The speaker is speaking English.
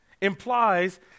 implies